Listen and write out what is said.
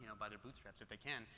so by their bootstraps, if they can.